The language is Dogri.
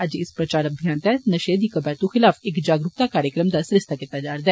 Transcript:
अज्ज इस प्रचार अभियान तैह्त नषे दी कवैतू खलाफ इक जागरूकता कार्यक्रम दा सरिस्ता कीता जाग